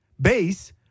base